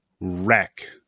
Wreck